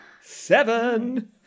Seven